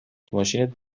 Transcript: ماشینت